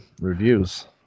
reviews